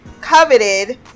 coveted